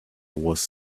was